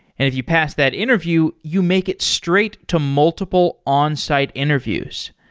if you pass that interview, you make it straight to multiple onsite interviews.